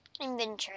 inventory